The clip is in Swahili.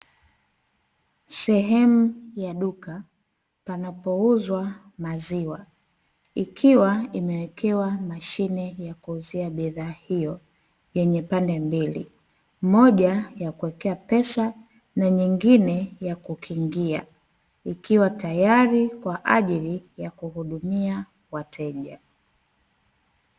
Sehemu ya duka panapouzwa maziwa, ikiwa imewekewa mashine ya kuuzia bidhaa hiyo yenye pande mbili, moja yakuwekea pesa na nyingine ya kukingia, ikiwa tayari kwa ajili ya kuhudumia wateja.